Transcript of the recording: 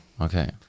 okay